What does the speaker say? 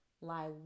lie